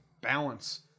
balance